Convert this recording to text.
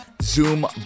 zoom